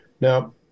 now